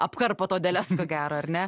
apkarpant odeles ko gero ar ne